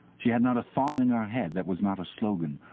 she had not a thought in her head that was not a slogan,